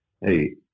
hey